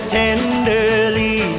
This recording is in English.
tenderly